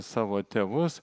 savo tėvus